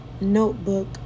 notebook